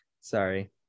Sorry